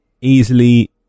easily